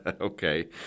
Okay